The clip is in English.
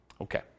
Okay